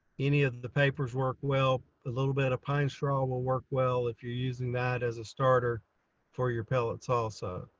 any of the papers work well. a little bit of pine straw will work well if you're using that as a starter for your pellets, also.